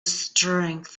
strength